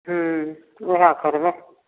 हुँ वएह करबै